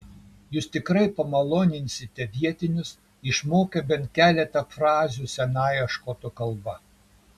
jūs tikrai pamaloninsite vietinius išmokę bent keletą frazių senąją škotų kalba